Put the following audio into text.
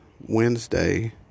Wednesday